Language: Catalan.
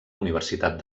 universitat